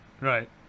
Right